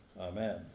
Amen